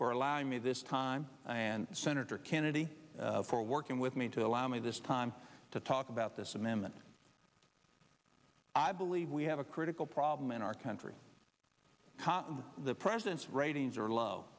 for allowing me this time and senator kennedy for working with me to allow me this time to talk about this amendment i believe we have a critical problem in our country caught in the president's ratings are low